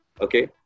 Okay